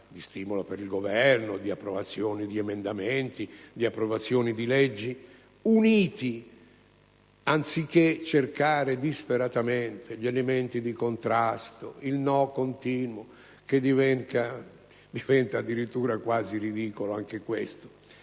di stimolo per il Governo, di approvazione di emendamenti e di leggi, uniti, anziché cercare disperatamente elementi di contrasto, quel no continuo che diventa addirittura quasi ridicolo.